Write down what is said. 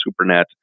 Supernet